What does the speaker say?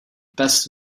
best